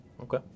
Okay